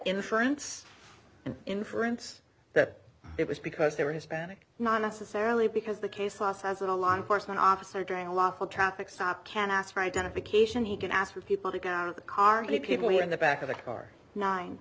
inference an inference that it was because they were hispanic not necessarily because the case law says that a lot of course an officer during a lawful traffic stop can ask for identification he can ask for people to get out of the car many people in the back of a car nine